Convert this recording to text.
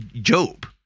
Job